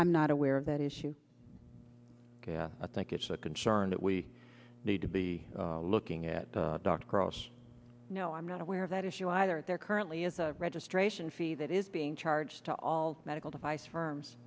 i'm not aware of that issue i think it's a concern that we need to be looking at dr cross no i'm not aware of that issue either there currently is a registration fee that is being charged to all medical device firms